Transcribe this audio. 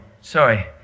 Sorry